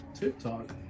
TikTok